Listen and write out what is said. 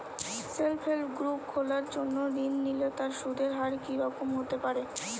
Self help group খোলার জন্য ঋণ নিলে তার সুদের হার কি রকম হতে পারে?